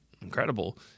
incredible